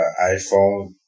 iPhone